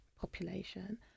population